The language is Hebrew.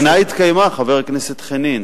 אבל הבחינה התקיימה, חבר הכנסת חנין.